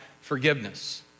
forgiveness